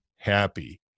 happy